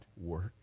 work